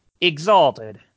Exalted